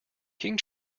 king